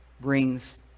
brings